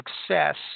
success